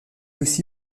aussi